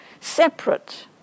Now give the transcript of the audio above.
separate